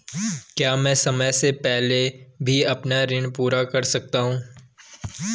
क्या मैं समय से पहले भी अपना ऋण पूरा कर सकता हूँ?